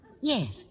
Yes